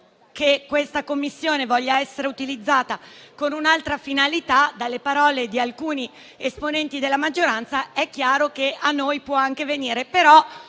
che questa Commissione voglia essere utilizzata con un'altra finalità, dalle parole di alcuni esponenti della maggioranza, a noi può anche venire.